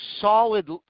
solid